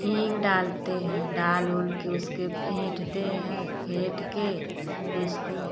हींग डालते हैं डाल ओल के उसके फेंटते हैं फेंट के उसको